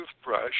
toothbrush